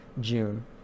june